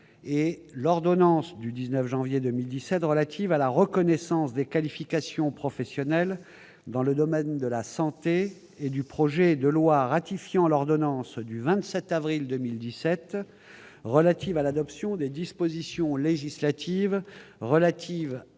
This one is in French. et l'ordonnance du 19 janvier 2017 relative à la reconnaissance des qualifications professionnelles dans le domaine de la santé et du projet de loi ratifiant l'ordonnance du 27 avril 2017 relative à l'adoption des dispositions législatives relatives